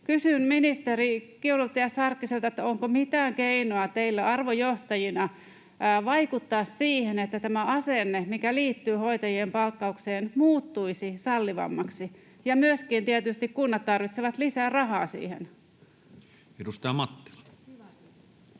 Kysyn ministeri Kiurulta ja ministeri Sarkkiselta: onko mitään keinoa teillä arvojohtajina vaikuttaa siihen, että tämä asenne, mikä liittyy hoitajien palkkaukseen, muuttuisi sallivammaksi? Ja myöskin tietysti kunnat tarvitsevat lisää rahaa siihen. Edustaja Mattila.